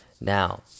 Now